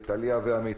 טליה ועמית.